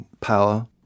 power